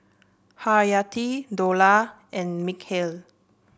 Haryati Dollah and Mikhail